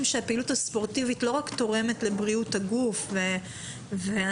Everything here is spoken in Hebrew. שהפעילות הספורטיבית לא רק תורמת לבריאות הגוף והנפש,